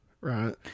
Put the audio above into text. right